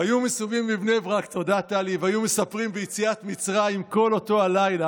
" שהיו מסובים בבני ברק והיו מספרים ביציאת מצרים כל אותו הלילה,